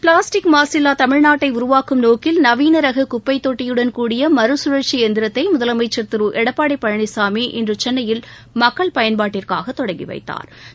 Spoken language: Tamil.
பிளாஸ்டிக் மாசில்லா தமிழ்நாட்டை உருவாக்கும் நோக்கில் நவீன ரக குப்பை தொட்டியுடன் கூடிய மறுசுழற்சி எந்திரத்தை முதலமைச்சா் திரு எடப்பாடி பழனிசாமி இன்று சென்னையில் மக்கள் பயன்பாட்டிற்காக தொடங்கி வைத்தாா்